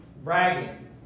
Bragging